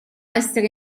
essere